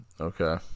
Okay